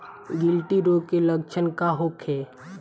गिल्टी रोग के लक्षण का होखे?